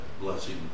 blessing